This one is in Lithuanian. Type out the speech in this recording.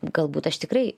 galbūt aš tikrai